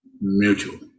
mutual